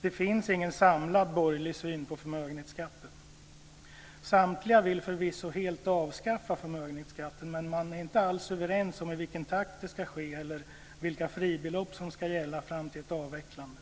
Det finns ingen samlad borgerlig syn på förmögenhetsskatten. Samtliga vill förvisso helt avskaffa förmögenhetsskatten, men man är inte alls överens om i vilken takt det ska ske eller vilka fribelopp som ska gälla fram till ett avvecklande.